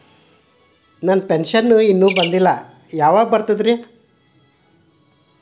ನನ್ನ ಪೆನ್ಶನ್ ಇನ್ನೂ ಬಂದಿಲ್ಲ ಯಾವಾಗ ಬರ್ತದ್ರಿ?